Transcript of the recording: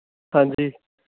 ਹਾਂਜੀ